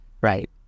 Right